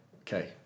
okay